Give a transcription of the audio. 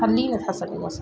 हली नथा सघूं असां